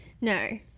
No